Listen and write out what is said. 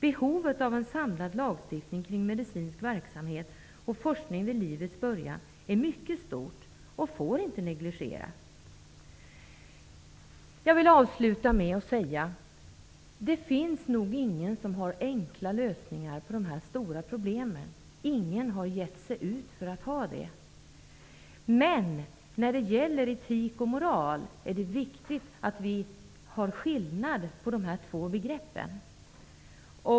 Behovet av en samlad lagstiftning kring medicinsk verksamhet och forskning vid livets början är mycket stort och får inte negligeras. Jag vill avsluta med att säga att det nog inte finns någon som har enkla lösningar på dessa stora problem. Ingen har gett sig ut för att ha det. Men när det gäller etik och moral är det viktigt att vi gör skillnad på dessa två begrepp.